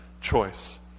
choice